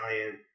giant